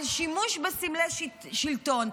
על שימוש בסמלי שלטון.